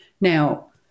Now